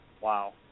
Wow